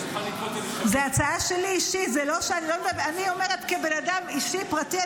זו הצעה שלי אישית, אני אומרת כבן אדם אישי, פרטי.